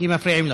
כי מפריעים לך.